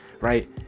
right